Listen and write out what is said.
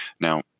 Now